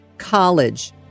College